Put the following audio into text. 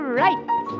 right